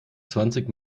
zwanzig